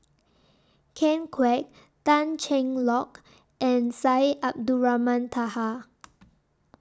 Ken Kwek Tan Cheng Lock and Syed Abdulrahman Taha